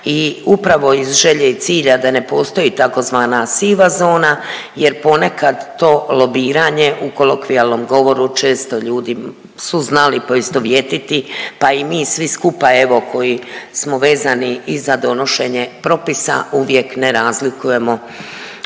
i upravo iz želje i cilja da ne postoji tzv. siva zona jer ponekad to lobiranje u kolokvijalnom govoru često ljudi su znali poistovjetiti, pa i mi svi skupa evo koji smo vezani i za donošenje propisa uvijek ne razlikujemo